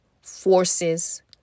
forces